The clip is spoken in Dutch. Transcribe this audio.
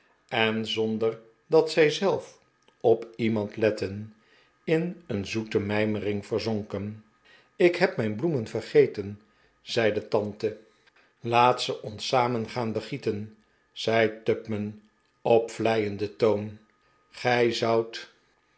en zonder dat zij zelf op iemand letten in een zoete mijmering verzonken ik heb mijn bloemen vergeten zei de tante tupman do'et e e n l i e f d e s v e r kl a r i n g laat oris ze samen gaan begieten zei tupman op een vleienden toon gij zoudt